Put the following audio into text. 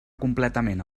completament